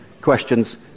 questions